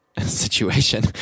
situation